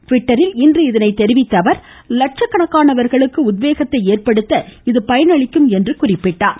டிவிட்டரில் இன்று இதனை தெரிவித்த அவர் லட்சக் கண்க்காணவர்களுக்கு உத்வேகத்தை ஏற்படுத்த இது பயனளிக்கும் என்றார்